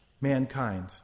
mankind